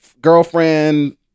girlfriend